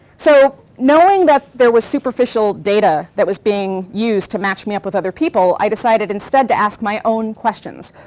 so knowing that there was superficial data that was being used to match me up with other people, i decided instead to ask my own questions.